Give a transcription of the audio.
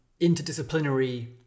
interdisciplinary